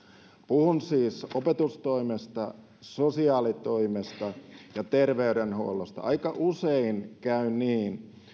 puhun siis opetustoimesta sosiaalitoimesta ja terveydenhuollosta aika usein käy niin